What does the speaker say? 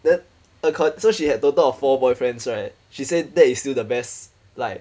then uh so she had total of four boyfriends right she said that is still the best like